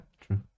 true